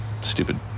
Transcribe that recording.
stupid